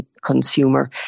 consumer